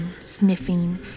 sniffing